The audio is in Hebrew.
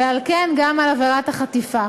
ועל כן גם על עבירת החטיפה,